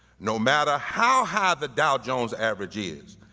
no matter how high the dow jones average is,